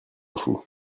fous